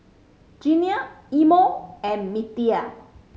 Jeannine Imo and Mittie